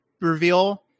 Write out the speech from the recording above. reveal